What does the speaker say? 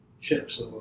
chips